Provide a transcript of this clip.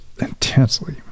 intensely